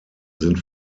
sind